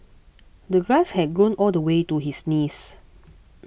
the grass had grown all the way to his knees